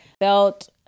felt